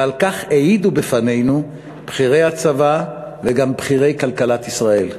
ועל כך העידו בפנינו בכירי הצבא וגם בכירי כלכלת ישראל.